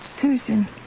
Susan